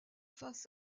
faces